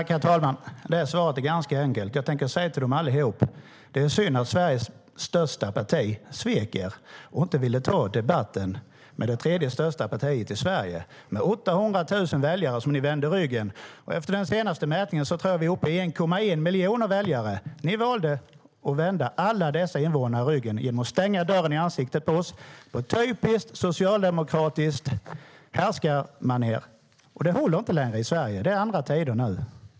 Herr talman! Det svaret är ganska enkelt. Jag tänker säga till dem allihop: Det är synd att Sveriges största parti svek er och inte ville ta debatten med det tredje största partiet i Sverige med 800 000 väljare utan vände ryggen åt det. Efter den senaste mätningen tror jag att vi är uppe i 1,1 miljoner väljare. Ni valde att vända alla dessa invånare ryggen genom att slå dörren i ansiktet på oss på ett typiskt socialdemokratiskt härskarmanér. Det håller inte längre i Sverige. Det är andra tider nu.